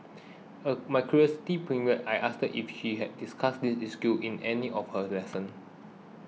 my curiosity piqued I asked if she had discussed this issue in any of her lesson